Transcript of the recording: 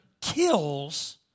kills